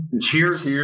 Cheers